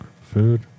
Food